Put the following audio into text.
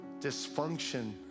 dysfunction